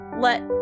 let